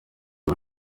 ubu